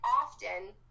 often